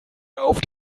auf